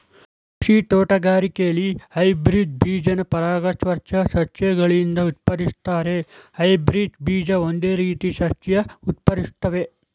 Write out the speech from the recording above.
ಕೃಷಿ ತೋಟಗಾರಿಕೆಲಿ ಹೈಬ್ರಿಡ್ ಬೀಜನ ಪರಾಗಸ್ಪರ್ಶ ಸಸ್ಯಗಳಿಂದ ಉತ್ಪಾದಿಸ್ತಾರೆ ಹೈಬ್ರಿಡ್ ಬೀಜ ಒಂದೇ ರೀತಿ ಸಸ್ಯ ಉತ್ಪಾದಿಸ್ತವೆ